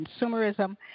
consumerism